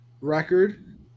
record